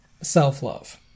self-love